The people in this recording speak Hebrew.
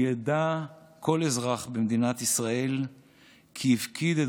ידע כל אזרח במדינת ישראל כי הפקיד את